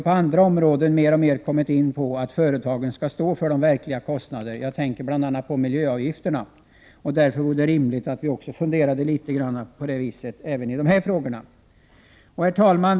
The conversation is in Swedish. På andra områden har man mer och mer kommit fram till att företagen skall stå för de verkliga kostnaderna — jag tänker bl.a. på miljöavgifterna— och därför är det rimligt att tänka på det sättet också i denna fråga. Herr talman!